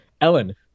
Ellen